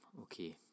Okay